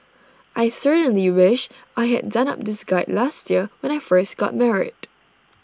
I certainly wish I had done up this guide last year when I first got married